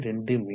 22 me